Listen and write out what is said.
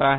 है